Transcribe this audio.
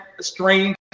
strange